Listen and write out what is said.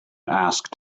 asked